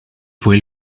fue